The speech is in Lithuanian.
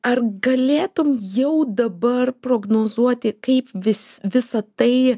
ar galėtum jau dabar prognozuoti kaip vis visą tai